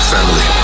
Family